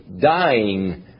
dying